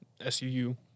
SUU